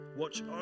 Watch